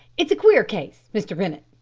it's a queer case, mr. rennett.